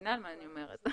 מבינה מה אני אומרת.